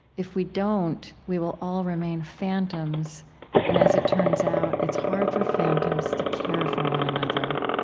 if we don't, we will all remain phantoms and, as it turns out, it's hard for phantoms to care for one another,